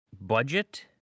budget